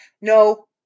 No